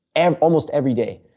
and almost every day,